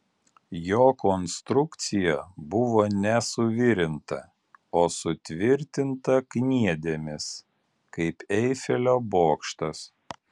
jo konstrukcija buvo ne suvirinta o sutvirtinta kniedėmis kaip eifelio bokštas